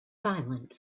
silent